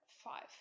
Five